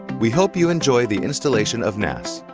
we hope you enjoy the installation of nas.